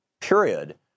period